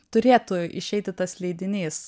turėtų išeiti tas leidinys